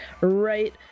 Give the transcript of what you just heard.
right